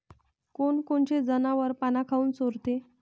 कोनकोनचे जनावरं पाना काऊन चोरते?